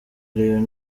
rayon